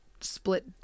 split